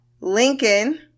Lincoln